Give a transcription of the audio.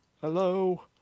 Hello